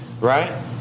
Right